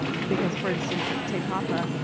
because for instance at te papa,